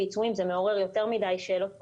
גם לשירותים